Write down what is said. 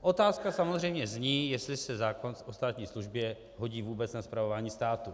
Otázka samozřejmě zní, jestli se zákon o státní službě hodí vůbec na spravování státu.